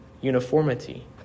uniformity